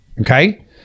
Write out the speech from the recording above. Okay